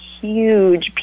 huge